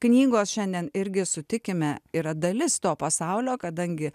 knygos šiandien irgi sutikime yra dalis to pasaulio kadangi